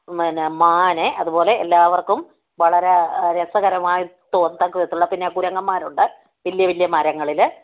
പിന്ന് മാന് അതുപോലെ എല്ലാവർക്കും വളരെ രസകരമായി തോന്നത്തക്ക വിധത്തിലുള്ള പിന്നെ കുരങ്ങന്മാരുണ്ട് വലിയ വലിയ മരങ്ങളില്